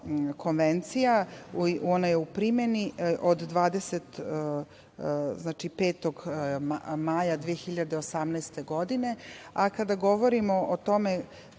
Konvencija. Ona je u primeni od 25. maja 2018. godine. Kada govorimo o tome